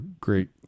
great